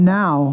now